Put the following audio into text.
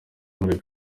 mureke